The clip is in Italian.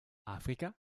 africa